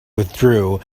withdrew